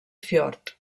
fiord